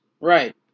Right